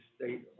state